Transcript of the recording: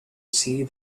see